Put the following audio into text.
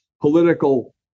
political